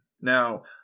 Now